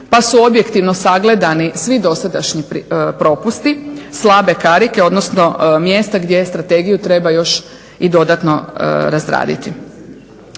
pa su objektivno sagledani svi dosadašnji propusti, slabe karike, odnosno mjesta gdje strategiju treba još i dodatno razraditi.